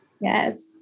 Yes